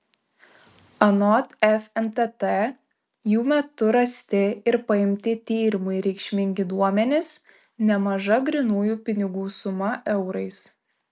anot fntt jų metu rasti ir paimti tyrimui reikšmingi duomenys nemaža grynųjų pinigų suma eurais